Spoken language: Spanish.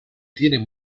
tienen